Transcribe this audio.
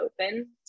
open